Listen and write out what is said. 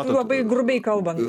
labai grubiai kalbant